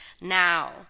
now